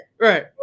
right